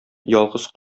ялгыз